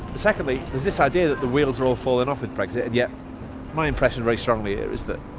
secondly, there's this idea that the wheels are all falling off with brexit, and yet my impression very strongly here is that,